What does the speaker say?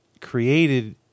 Created